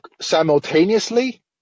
simultaneously